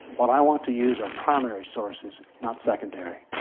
what i want to use are primary sources, not secondary.